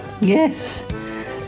Yes